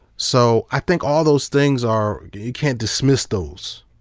so i think all those things are, you can't dismiss those.